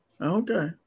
Okay